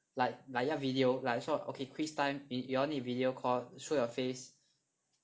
like via video like so okay quiz time you all need video call show your face